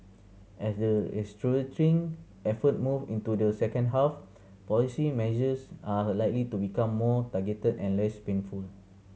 as the restructuring effort move into the second half policy measures are likely to become more targeted and less painful